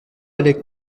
allait